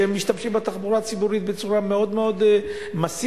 שמשתמשים בתחבורה הציבורית בצורה מאוד מסיבית.